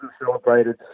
celebrated